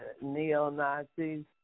neo-Nazis